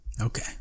Okay